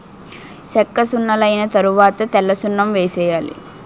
సెక్కసున్నలైన తరవాత తెల్లసున్నం వేసేయాలి